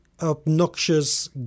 Obnoxious